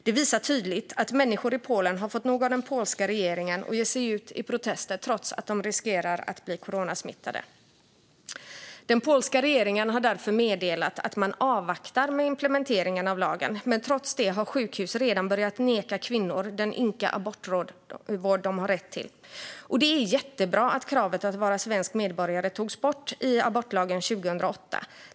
Detta visar tydligt att människor i Polen har fått nog av den polska regeringen och ger sig ut i protester trots att de riskerar att bli coronasmittade. Den polska regeringen har därför meddelat att man avvaktar med implementeringen av lagen. Men trots detta har sjukhus redan börjat neka kvinnor den ynka abortvård de har rätt till. Det är jättebra att kravet på att vara svensk medborgare togs bort i abortlagen 2008.